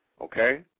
okay